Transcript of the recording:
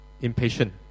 Impatient